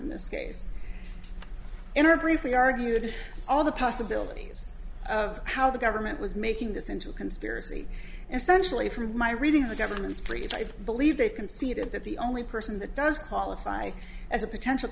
in this case in her briefly argued all the possibilities of how the government was making this into a conspiracy essentially from my reading of the government's breach i believe they conceded that the only person that does qualify as a potential